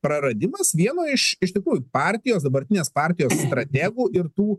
praradimas vieno iš iš tikrųjų partijos dabartinės partijos strategų ir tų